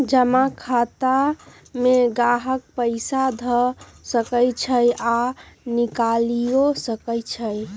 जमा खता में गाहक पइसा ध सकइ छइ आऽ निकालियो सकइ छै